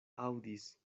aŭdis